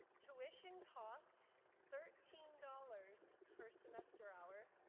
tuition cost thirteen dollars per semester hour.